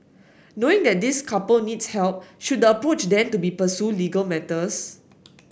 knowing then this couple needs help should the approach then to be pursue legal matters